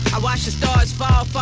i watch the stars fall,